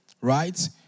right